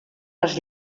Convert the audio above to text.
les